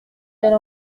elle